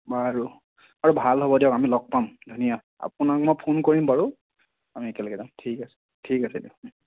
বাৰু আৰু ভাল হ'ব দিয়ক আমি লগ পাম ধুনীয়া আপোনাক মই ফোন কৰিম বাৰু আমি একেলগে যাম ঠিক আছে ঠিক আছে দিয়ক